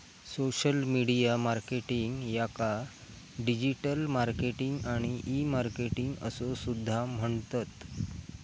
social media marketing याका digital marketing आणि e marketing असो सुद्धा म्हणतत